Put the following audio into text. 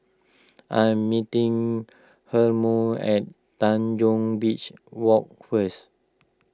I am meeting Hermon at Tanjong Beach Walk first